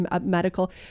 medical